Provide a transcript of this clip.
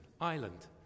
island